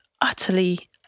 utterly